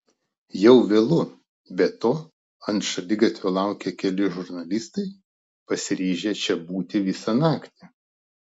jau vėlu be to ant šaligatvio laukia keli žurnalistai pasiryžę čia būti visą naktį